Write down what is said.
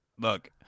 Look